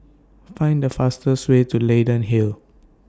Find The fastest Way to Leyden Hill